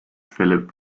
philip